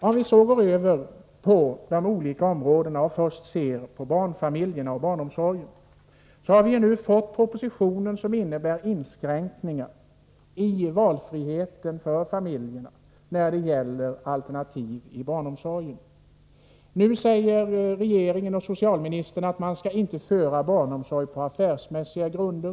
Jag vill sedan gå över till de olika områdena och först se på barnfamiljerna och barnomsorgen. Vi har nu fått den proposition som innebär inskränkningar i valfriheten för familjerna när det gäller alternativ i barnomsorgen. Nu säger regeringen och socialministern att man inte skall bedriva barnomsorg på affärsmässiga grunder.